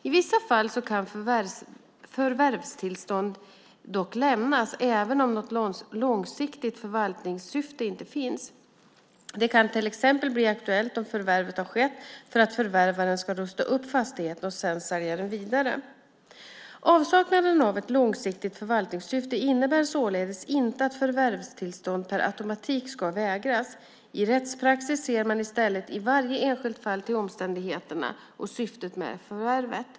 I vissa fall kan förvärvstillstånd dock lämnas även om något långsiktigt förvaltningssyfte inte finns. Det kan till exempel bli aktuellt om förvärvet har skett för att förvärvaren ska rusta upp fastigheten och sedan sälja den vidare. Avsaknaden av ett långsiktigt förvaltningssyfte innebär således inte att förvärvstillstånd per automatik ska vägras. I rättspraxis ser man i stället i varje enskilt fall till omständigheterna och syftet med förvärvet.